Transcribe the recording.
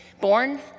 born